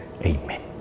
Amen